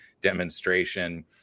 demonstration